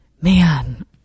Man